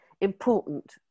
important